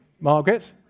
Margaret